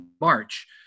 March